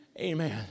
Amen